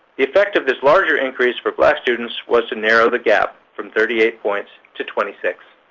the effect of this larger increase for black students was to narrow the gap from thirty eight points to twenty six.